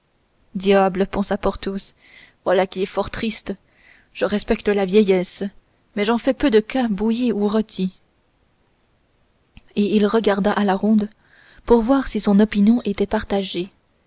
diable pensa porthos voilà qui est fort triste je respecte la vieillesse mais j'en fais peu de cas bouillie ou rôtie et il regarda à la ronde pour voir si son opinion était partagée